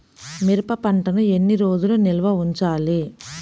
మిరప పంటను ఎన్ని రోజులు నిల్వ ఉంచాలి?